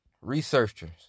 researchers